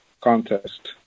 contest